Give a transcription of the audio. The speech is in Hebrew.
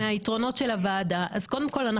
מהיתרונות של הוועדה קודם כל,